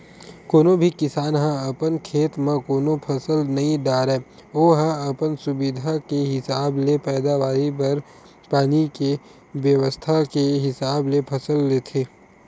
कोनो भी किसान ह अपन खेत म कोनो फसल नइ डारय ओहा अपन सुबिधा के हिसाब ले पैदावारी बर पानी के बेवस्था के हिसाब ले फसल लेथे